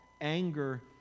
anger